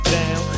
down